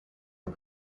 are